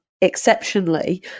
exceptionally